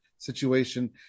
Situation